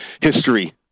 history